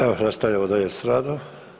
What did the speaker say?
Evo, nastavljamo dalje s radom.